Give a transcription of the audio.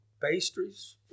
pastries